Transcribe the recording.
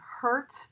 hurt